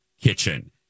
kitchen